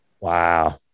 Wow